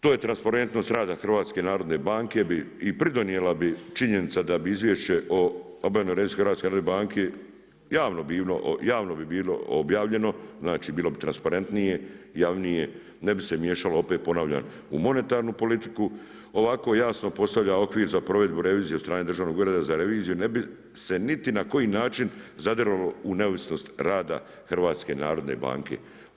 To je transparentnost rada HNB-a i pridonijela bi činjenica da bi izvješće o obavljanoj reviziji HNB-a javno bi bilo objavljeno, znači bilo bi transparentnije, javnije, ne bi se miješalo opet ponavljam u monetarnu politiku. ovako jasno postavlja okvir za provedbu revizije od strane Državnog ureda za reviziju ne bi se niti na koji način zadiralo u neovisnost rada HNB-a.